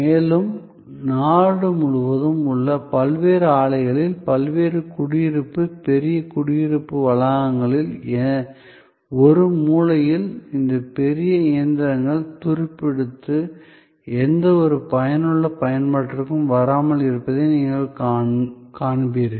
மேலும் நாடு முழுவதும் உள்ள பல்வேறு ஆலைகளில் பல்வேறு குடியிருப்பு பெரிய குடியிருப்பு வளாகங்களில் ஒரு மூலையில் இந்த பெரிய இயந்திரங்கள் துருப்பிடித்து எந்த ஒரு பயனுள்ள பயன்பாட்டிற்கும் வராமல் இருப்பதை நீங்கள் காண்பீர்கள்